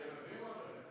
לילדים או לרכב?